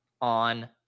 on